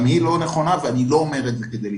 גם היא לא נכונה, ואני לא אומר את זה כדי להצטדק,